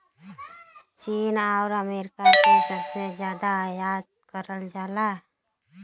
चीन आउर अमेरिका से सबसे जादा आयात करल जाला